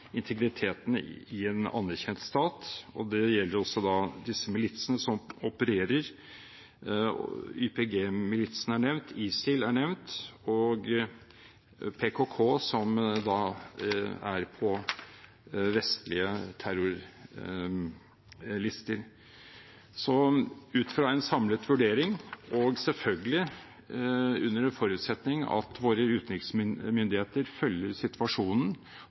integriteten i en anerkjent stat. Det gjelder også disse militsene som opererer. YPG-militsen er nevnt, ISIL er nevnt, og PKK – som er på vestlige terrorlister. Ut fra en samlet vurdering, og selvfølgelig under forutsetning av at våre utenriksmyndigheter følger situasjonen,